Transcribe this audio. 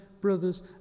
brothers